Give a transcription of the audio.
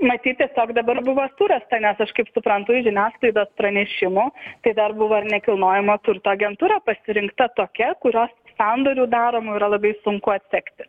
matyt tiesiog dabar buvo surasta nes aš kaip suprantu iš žiniasklaidos pranešimų tai dar buvo nekilnojamo turto agentūra pasirinkta tokia kurios sandorių daromų yra labai sunku atsekti